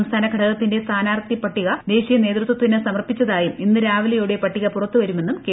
സംസ്ഥാന ഘടകത്തിന്റെ സ്ഥാനാർത്ഥി പട്ടിക ദേശീയ നേതൃത്വത്തിന് സമർപ്പിച്ചതായും ഇന്ന് രാവിലെയോടെ പട്ടിക പുറത്തുവരുമെന്നും കെ